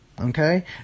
Okay